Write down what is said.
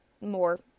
more